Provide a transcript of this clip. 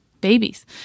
Babies